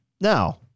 now